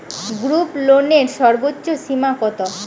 গ্রুপলোনের সর্বোচ্চ সীমা কত?